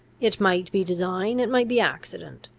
it might be design it might be accident.